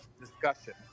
discussion